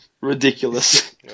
Ridiculous